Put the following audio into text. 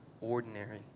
ordinary